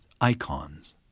icons